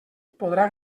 podrà